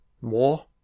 more